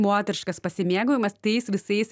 moteriškas pasimėgaujimas tais visais